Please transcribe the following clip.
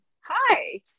hi